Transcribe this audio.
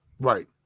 Right